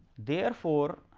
therefore,